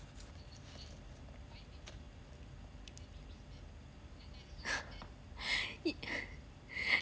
一